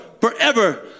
forever